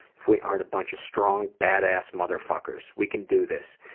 if we aren't a bunch of strong, badass motherfuckers. we can do this.